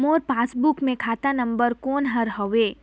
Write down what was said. मोर passbook मे खाता number कोन हर हवे?